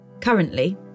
Currently